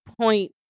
point